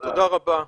תודה רבה.